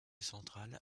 central